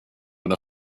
have